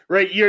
Right